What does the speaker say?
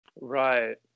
right